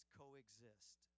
coexist